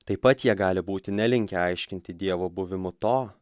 taip pat jie gali būti nelinkę aiškinti dievo buvimu to